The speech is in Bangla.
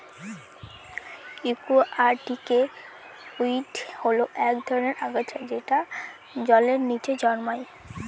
একুয়াটিকে উইড হল এক ধরনের আগাছা যেটা জলের নীচে জন্মায়